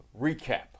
Recap